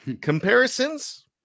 Comparisons